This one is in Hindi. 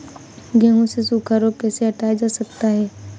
गेहूँ से सूखा रोग कैसे हटाया जा सकता है?